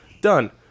Done